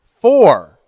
Four